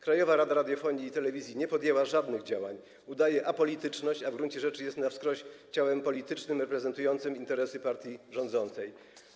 Krajowa Rada Radiofonii i Telewizji nie podjęła żadnych działań, udaje apolityczność, a w gruncie rzeczy jest na wskroś ciałem politycznym reprezentującym interesy partii rządzącej.